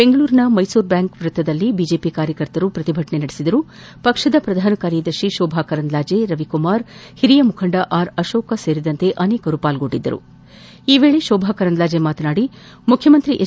ಬೆಂಗಳೂರಿನ ಮೈಸೂರು ಬ್ಯಾಂಕ್ ವೃತ್ತದಲ್ಲಿ ಬಿಜೆಪಿ ಕಾರ್ಯಕರ್ತರು ಪ್ರತಿಭಟನೆ ನಡೆಸಿದರುಪಕ್ಷದ ಪ್ರಧಾನ ಕಾರ್ಯದರ್ಶಿಗಳಾದ ಶೋಭಾ ಕರಂದ್ಲಾಜೆ ರವಿಕುಮಾರ್ ಹಿರಿಯ ಮುಖಂಡ ಆರ್ ಅಶೋಕ ಸೇರಿದಂತೆ ಅನೇಕರು ಪಾಲ್ಗೊಂಡಿದ್ದರು ಈ ವೇಳೆ ಶೋಭಾ ಕರಂದ್ಲಾಜೆ ಮಾತನಾದಿ ಮುಖ್ಯ ಮಂತ್ರಿ ಹೆಚ್